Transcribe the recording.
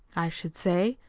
i should say.